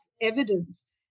evidence